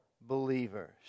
believers